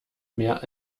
mehr